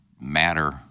Matter